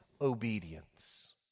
obedience